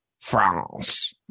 France